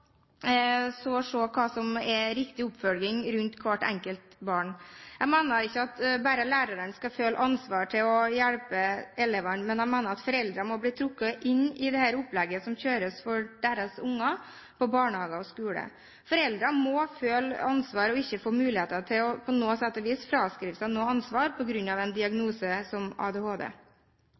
så se hva som er riktig oppfølging rundt hvert enkelt barn. Jeg mener ikke at bare lærerne skal føle ansvar for å hjelpe elevene, men at foreldrene må bli trukket inn i det opplegget som kjøres for deres barn på barnehager og skoler. Foreldrene må føle ansvar og ikke få muligheten til på noe sett og vis å fraskrive seg ansvar på grunn av en diagnose som ADHD.